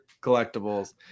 collectibles